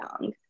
young